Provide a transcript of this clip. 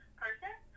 person